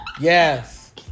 Yes